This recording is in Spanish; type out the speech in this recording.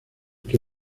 que